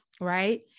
right